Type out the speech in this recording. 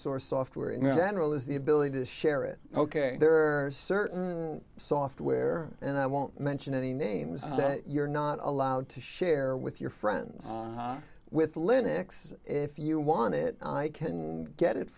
source software in general is the ability to share it ok there are certain software and i won't mention any names that you're not allowed to share with your friends with linux if you want it i can get it